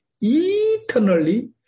eternally